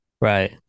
right